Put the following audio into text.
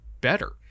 better